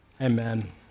Amen